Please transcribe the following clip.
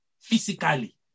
physically